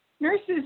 nurses